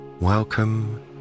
Welcome